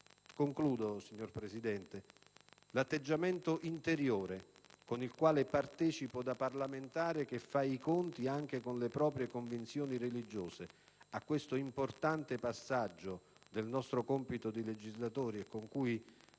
Concludo, signor Presidente. L'atteggiamento interiore, con il quale partecipo da parlamentare che fa i conti anche con le proprie convinzioni religiose a questo importante passaggio del nostro compito di legislatori e con cui